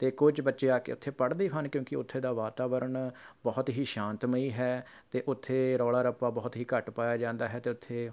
ਅਤੇ ਕੁਝ ਬੱਚੇ ਆ ਕੇ ਉੱਥੇ ਪੜ੍ਹਦੇ ਹਨ ਕਿਉਂਕਿ ਉੱਥੇ ਦਾ ਵਾਤਾਵਰਣ ਬਹੁਤ ਹੀ ਸ਼ਾਂਤਮਈ ਹੈ ਅਤੇ ਉੱਥੇ ਰੌਲਾ ਰੱਪਾ ਬਹੁਤ ਹੀ ਘੱਟ ਪਾਇਆ ਜਾਂਦਾ ਹੈ ਅਤੇ ਉੱਥੇ